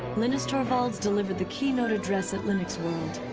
linus torvalds delivered the keynote address at linuxworld.